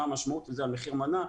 מה המשמעות למחיר המנה.